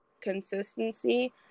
consistency